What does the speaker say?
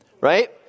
right